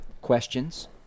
questions